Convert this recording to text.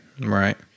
Right